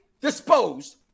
disposed